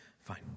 fine